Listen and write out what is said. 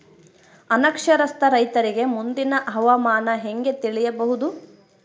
ಅನಕ್ಷರಸ್ಥ ರೈತರಿಗೆ ಮುಂದಿನ ಹವಾಮಾನ ಹೆಂಗೆ ತಿಳಿಯಬಹುದು?